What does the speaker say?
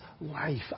life